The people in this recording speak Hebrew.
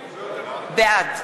בעד